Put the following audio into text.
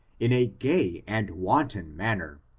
in a gay and wanton manner,